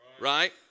right